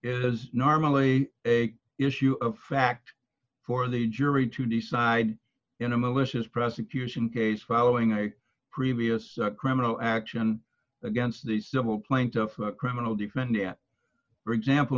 is normally a issue of fact for the jury to decide in a malicious prosecution case following a previous criminal action against the civil plaintiff a criminal defendant for example